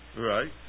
Right